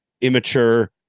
immature